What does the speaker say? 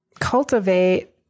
cultivate